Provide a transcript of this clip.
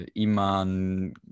Iman